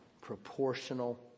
Proportional